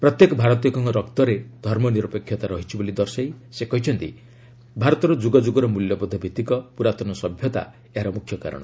ପ୍ରତ୍ୟେକ ଭାରତୀୟଙ୍କ ରକ୍ତରେ ଧର୍ମ ନିରପେକ୍ଷତା ରହିଛି ବୋଲି ଦର୍ଶାଇ ସେ କହିଛନ୍ତି ଭାରତର ଯୁଗ ଯୁଗର ମମଲ୍ୟବୋଧ ଭିତ୍ତିକ ପ୍ରରାତନ ସଭ୍ୟତା ଏହାର ମୁଖ୍ୟ କାରଣ